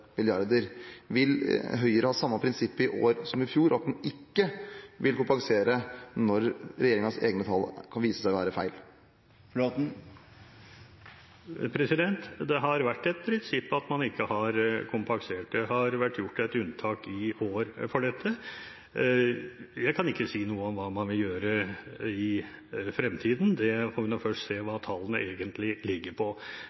Vil Høyre ha det samme prinsippet i år som i fjor, at en ikke vil kompensere, når regjeringens egne tall kan vise seg å være feil? Det har vært et prinsipp at man ikke har kompensert. Det har vært gjort et unntak i år for dette. Jeg kan ikke si noe om hva man vil gjøre i fremtiden. Vi må først se hva tallene egentlig ligger på. Men så